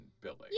Billy